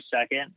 second